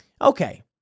Okay